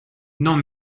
non